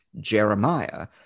Jeremiah